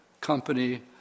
company